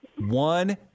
one